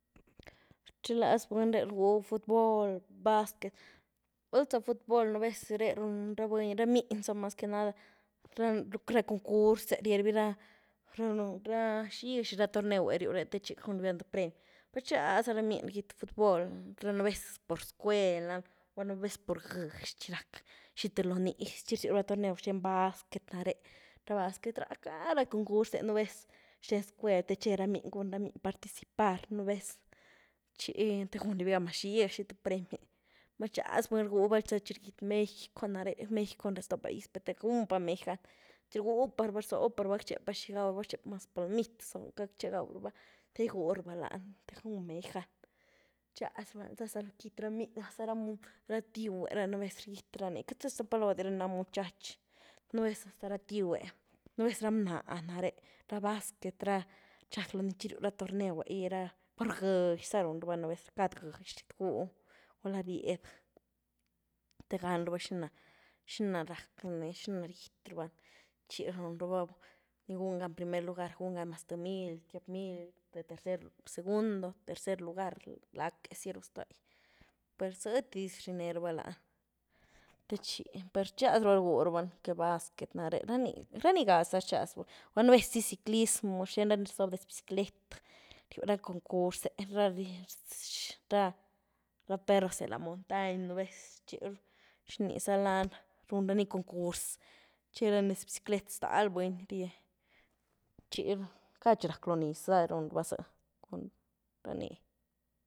Rchiglas buny re’ rgwy futbol, básquet, val za fut bol núh vez re, run ra buny, ra miny za mas que nada, concurse rierubira, ra zhyga zhy ra tornewë riu re’ te chy gun ravy gan të premy, per rchiglaza ra miny rghit futbol, nu’ vez pur scuel ah, nu’ vez gyzh chi rac të lonii chi rzyurava tornew zhten básquet re’, ra básquet, rac gah ra concurse, nu’ vez shten scuel te che’ ra miny te gun ra miny particiar, nu’ vez chi te gun ravy gan zhygazy th premy, numa rchiglaz buny rgwy val za chi rgith mexico nare’, mexico cun zto’ ra paiz, gun pa mexy gan, rgwy paraba, rzob paravá, gac che’pa zhi gaw raba, maz palomit gac che’ gaw ra’ba te gigwy raba lany, te gun mexy gan, rchiglaz sa lo kit ra raba lany, zaz sa lo kit ra miny hasta ra ra tiwe’ ra nu’ vez rgith rany, cath hasta pa’ hasta pa loh dy´ra nina muchach, nu’ vez hasta ra tiwe’, nu’ vez ra bnah nare’, ra básquet ra, chi rac loo nii, chi ryu ra tornewe gui ra, pur gyzhy za run rava nu’ vez, cad gyzhy riet gwy, gula ryed, te gan rava zhyna zhyna rac nii, zhyna rgith raba, chi run raa, nii gun gan primer lugar, gun gan mas th mil, tiop mil, th tercer, segundo, tercer lugar, blackë si ru’ stogy, per zy thy dis rine raba lany, te chi, per rchiglaz raba rgwy rabani, que básquet nare’ rani, rany gah za rchiglaz raba rgwy raba, gula’ nu’ vez ciclismo zhten ra ni rzob detz biciclet, riu ra concursë ra perros de la montañ nu’ vez, zhi ni za lany, run rani concurse, cherani detz biciclet, ztal buny rie, chi, cad chi rac lonii za run raba zy cun ranii.